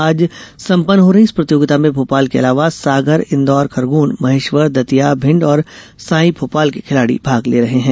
आज सम्पन्न हो रही इस प्रतियोगिता में भोपाल के अलावा सागर इन्दौर खरगोन महेश्वर दतिया भिंड और साई भोपाल के खिलाड़ी भाग ले रहे हैं